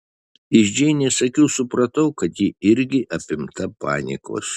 iš džeinės akių supratau kad ji irgi apimta panikos